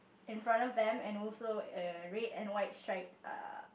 in front of them and also a red and white stripe uh